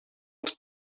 els